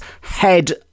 head